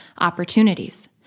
opportunities